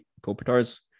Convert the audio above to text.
Kopitar's